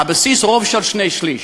על בסיס רוב של שני-שלישים.